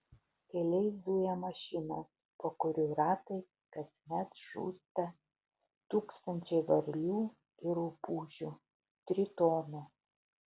keliais zuja mašinos po kurių ratais kasmet žūsta tūkstančiai varlių ir rupūžių tritonų